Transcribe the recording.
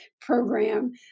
program